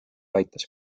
aitas